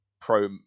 pro